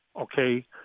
okay